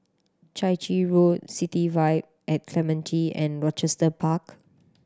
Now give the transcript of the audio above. Chai Chee Road City Vibe at Clementi and Rochester Park